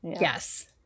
Yes